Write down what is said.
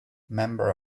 member